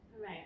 right